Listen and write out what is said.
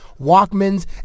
Walkmans